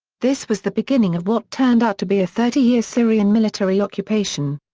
this was the beginning of what turned out to be a thirty-year syrian military occupation.